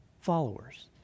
followers